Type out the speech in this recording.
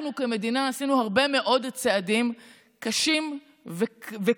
אנחנו כמדינה עשינו הרבה מאוד צעדים קשים וקורעים,